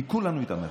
ניקו לנו את המרחב.